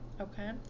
okay